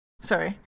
Sorry